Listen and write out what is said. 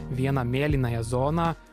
vieną mėlynąją zoną